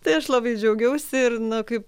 tai aš labai džiaugiausi ir na kaip